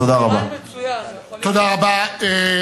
תודה רבה.